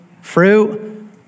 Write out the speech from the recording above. Fruit